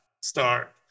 start